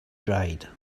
dried